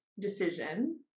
decision